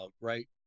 right